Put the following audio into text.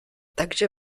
takže